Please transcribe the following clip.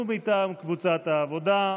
מטעם קבוצת סיעת העבודה,